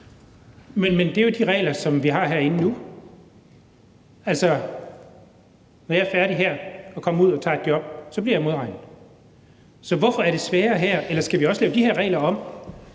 Men det er jo de regler, som vi har herinde nu. Altså, når jeg er færdig her og kommer ud og tager et job, bliver jeg modregnet. Så hvorfor er det sværere her? Eller skal vi også lave de her regler om?